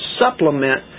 supplement